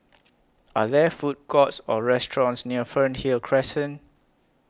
Are There Food Courts Or restaurants near Fernhill Crescent